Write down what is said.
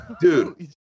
Dude